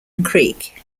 creek